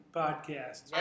podcast